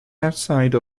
outside